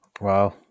Wow